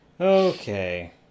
Okay